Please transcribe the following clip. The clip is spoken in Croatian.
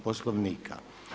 Poslovnika.